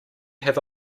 have